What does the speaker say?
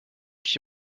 qui